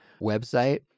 website